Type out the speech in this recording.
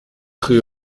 rue